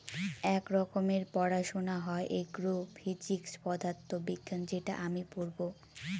এক রকমের পড়াশোনা হয় এগ্রো ফিজিক্স পদার্থ বিজ্ঞান যেটা আমি পড়বো